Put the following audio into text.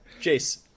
Jace